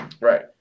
Right